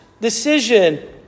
decision